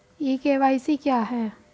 ई KYC क्या है?